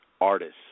artists